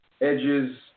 Edge's